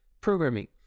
programming